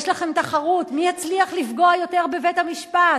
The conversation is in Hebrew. יש לכם תחרות מי יצליח לפגוע יותר בבית-המשפט.